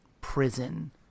prison